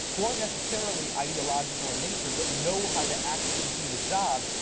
who aren't necessarily ideological in nature, but know how to actually do the job,